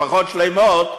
משפחות שלמות,